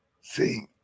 See